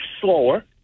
slower